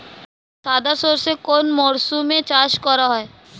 সাদা সর্ষে কোন মরশুমে চাষ করা হয়?